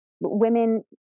women